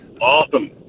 Awesome